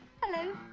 Hello